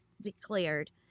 declared